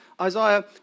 Isaiah